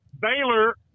Baylor